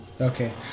Okay